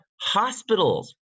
Hospitals